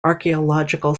archaeological